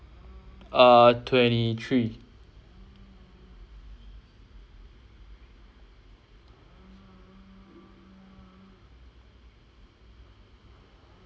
err twenty three